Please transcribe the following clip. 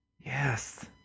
Yes